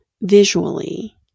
visually